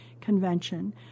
convention